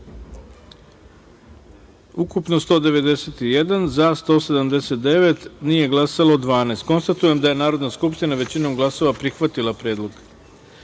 ukupno – 191, za – 179, nije glasalo – 12.Konstatujem da je Narodna skupština, većinom glasova, prihvatila ovaj